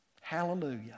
Hallelujah